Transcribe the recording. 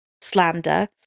slander